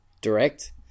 Direct